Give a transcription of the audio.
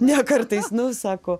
ne kartais nu sako